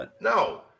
No